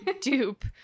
dupe